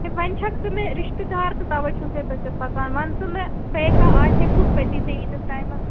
وۄنۍ چھَکھ ژٕ مےٚ رِشتہ دار تہٕ توے چھُسے بہٕ ژے پژان وَن ژٕ مے بییہٕ کانہہ آسہِ ہا کُس پَژی ژے ییٖتِس ٹایمس